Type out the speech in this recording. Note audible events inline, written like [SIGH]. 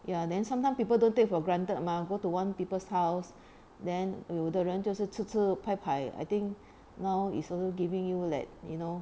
ya then sometime people don't take for granted mah go to one people's house [BREATH] then 有的人就是吃吃 pai pai I think [BREATH] now is also giving you let you know